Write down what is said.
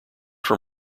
from